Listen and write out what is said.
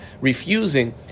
refusing